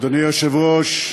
אדוני היושב-ראש,